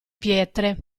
pietre